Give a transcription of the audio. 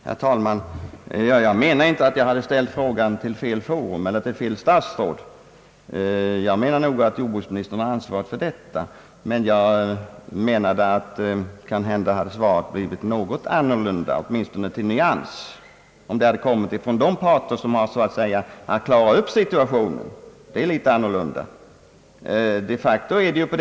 Herr talman! Jag menar inte att jag hade ställt frågan till fel forum eller till fel statsråd. Det är jordbruksministern som har ansvar för detta, men kanske svaret hade blivit något annorlunda — åtminstone till nyans — om det hade kommit från de parter som skall så att säga klara upp situationen och rätta till förhållandena. Det är nog något annorlunda.